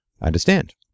understand